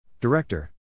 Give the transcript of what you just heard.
Director